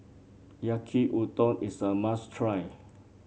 Yaki Udon is a must try